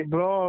Bro